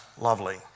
lovely